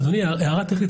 אדוני, הערה טכנית.